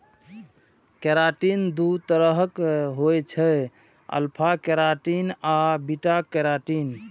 keratin दू तरहक होइ छै, अल्फा केराटिन आ बीटा केराटिन